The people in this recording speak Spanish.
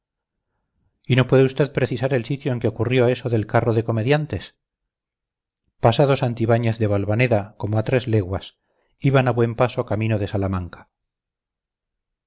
y no puede usted precisar el sitio en que ocurrió eso del carro de comediantes pasado santibáñez de valvaneda como a tres leguas iban a buen paso camino de salamanca